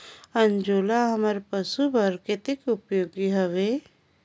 अंजोला हमर पशु बर कतेक उपयोगी हवे?